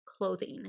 clothing